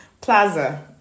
Plaza